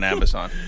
Amazon